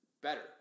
better